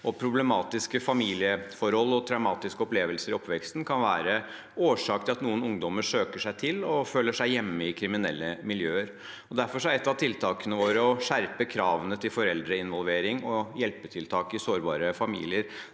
Problematiske familieforhold og traumatiske opplevelser i oppveksten kan være årsaker til at noen ungdommer søker seg til og føler seg hjemme i kriminelle miljøer. Derfor er et av tiltakene våre å skjerpe kravene til foreldreinvolvering og hjelpetiltak i sårbare familier.